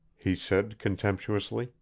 he said contemptuously.